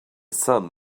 sun